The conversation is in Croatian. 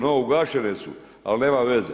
No, ugašene su, ali nema veze.